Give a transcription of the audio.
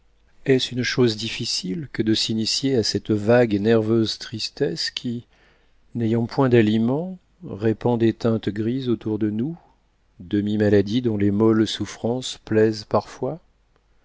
est-ce une chose difficile que de s'initier à cette vague et nerveuse tristesse qui n'ayant point d'aliment répand des teintes grises autour de nous demi maladie dont les molles souffrances plaisent parfois